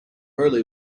early